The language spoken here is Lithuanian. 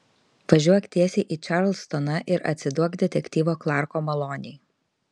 važiuok tiesiai į čarlstoną ir atsiduok detektyvo klarko malonei